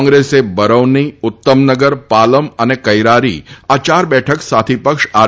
કોંગ્રેસે બરૌની ઉત્તમનગર પાલમ અને કૈરારી આ ચાર બેઠક સાથી પક્ષ આર